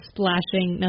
Splashing